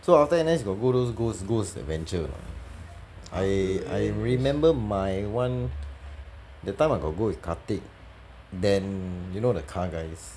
so after N_S you got go those ghost ghost adventure or not I I remember my [one] that time I got go with khatib dan you know the car guys